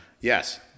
yes